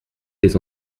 des